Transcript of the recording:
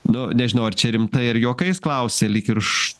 nu nežinau ar čia rimtai ar juokais klausė lyg ir š